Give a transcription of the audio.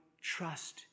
trust